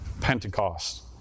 Pentecost